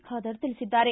ಖಾದರ್ ತಿಳಿಸಿದ್ದಾರೆ